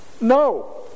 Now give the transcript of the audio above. No